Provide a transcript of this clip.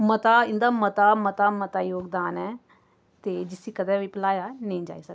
मता इं'दा मता मता मता जोगदान ऐ ते जिसी कदें बी भलाया नेईं जाई सकदा ऐ